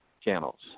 channels